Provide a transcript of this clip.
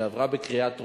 שעברה בקריאה טרומית,